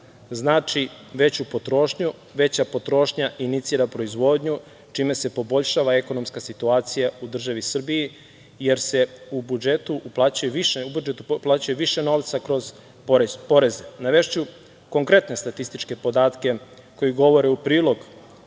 veća potrošnja inicira proizvodnju, čime se poboljšava ekonomska situacija u državi Srbiji, jer se u budžet uplaćuje više novca kroz poreze. Navešću konkretne statističke podatke koji govore u prilog